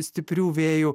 stiprių vėjų